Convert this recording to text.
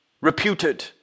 reputed